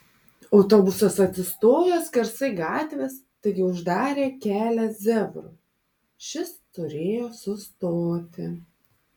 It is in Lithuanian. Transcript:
autobusas atsistojo skersai gatvės taigi uždarė kelią zebrui šis turėjo sustoti